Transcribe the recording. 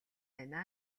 байна